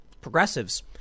progressives